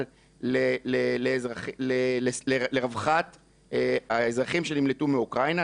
אבל זה לרווחת האזרחים שנמלטו מאוקראינה,